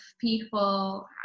people